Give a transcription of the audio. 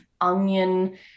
onion